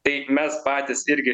tai mes patys irgi